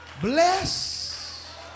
bless